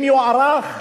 אם יוארך,